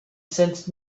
sensed